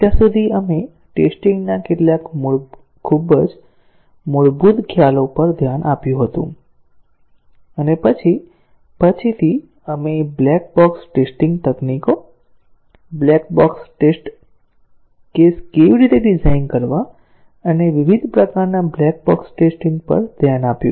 અત્યાર સુધી આપણે ટેસ્ટીંગ ના કેટલાક ખૂબ જ મૂળભૂત ખ્યાલો પર ધ્યાન આપ્યું હતું અને પછી પછીથી આપણે બ્લેક બોક્સ ટેસ્ટીંગ તકનીકો બ્લેક બોક્સ ટેસ્ટ કેસ કેવી રીતે ડિઝાઇન કરવા અને વિવિધ પ્રકારના બ્લેક બોક્સ ટેસ્ટીંગ પર ધ્યાન આપ્યું